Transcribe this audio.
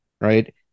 right